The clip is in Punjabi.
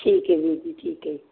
ਠੀਕ ਹੈ ਵੀਰ ਜੀ ਠੀਕ ਹੈ